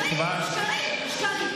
שקרים, שקרים, שקרים.